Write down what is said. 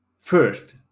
first